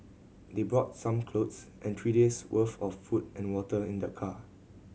they brought some clothes and three days' worth of food and water in their car